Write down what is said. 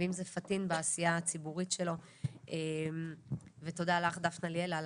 ואם זה פטין בעשייה הציבורית שלו ותודה לך דפנה ליאל על